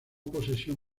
posesión